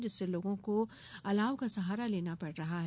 जिससे लोगों को अलाव का सहारा लेना पड़ रहा है